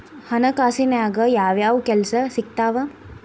ಹಣಕಾಸಿನ್ಯಾಗ ಯಾವ್ಯಾವ್ ಕೆಲ್ಸ ಸಿಕ್ತಾವ